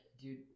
dude